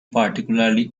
particularly